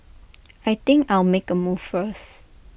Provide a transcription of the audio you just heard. I think I'll make A move first